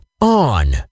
On